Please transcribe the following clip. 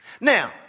Now